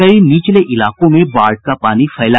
कई निचले इलाकों में बाढ़ का पानी फैला